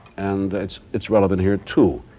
and it's it's relevant here, too.